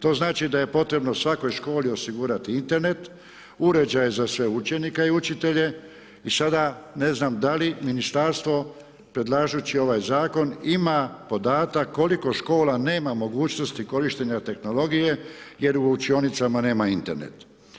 To znači da je potrebno svakoj školi osigurati Internet, uređaje za sve učenike i učitelje i sada, ne znam da li ministarstvo, predlažući ovaj zakon, ima podatak koliko škola nema mogućnosti korištenja tehnologije jer u učionicama nema Internet?